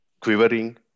quivering